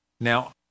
Now